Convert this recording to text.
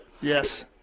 yes